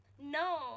No